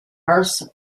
berths